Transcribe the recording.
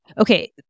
Okay